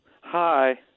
Hi